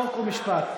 חוק ומשפט.